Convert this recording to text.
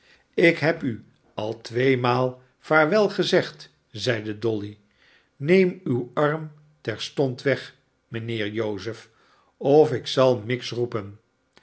ik heb u al tweemaal vaarwelgezegd zeide dolly neem uw crm terstond weg mijnheer joseph of ik zal miggs roepen